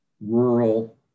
rural